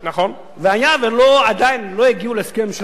והיה ועדיין לא הגיעו להסכם עם הממשלה,